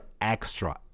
extra